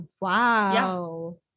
Wow